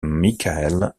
michael